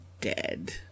dead